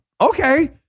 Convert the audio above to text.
okay